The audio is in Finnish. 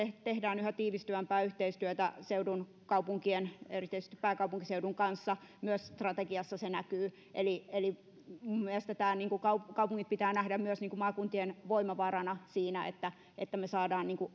tehdään yhä tiivistyvämpää yhteistyötä seudun kaupunkien erityisesti pääkaupunkiseudun kanssa myös strategiassa se näkyy eli eli minun mielestäni kaupungit pitää nähdä myös maakuntien voimavarana siinä että että me saamme